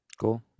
Cool